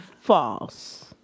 false